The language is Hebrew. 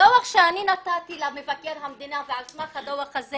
הדוח שאני נתתי למבקר המדינה ועל סמך הדוח הזה